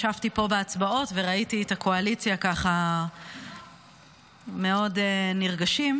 ישבתי פה בהצבעות וראיתי את הקואליציה ככה מאוד נרגשים,